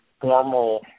formal